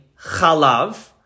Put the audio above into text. Chalav